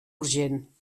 urgent